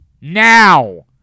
Now